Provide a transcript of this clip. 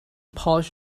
polish